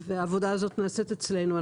העבודה הזאת נעשית אצלנו.